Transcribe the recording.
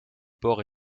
port